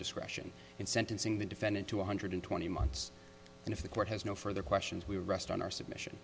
discretion in sentencing the defendant to one hundred twenty months and if the court has no further questions we rest on our submission